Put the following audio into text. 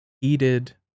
heated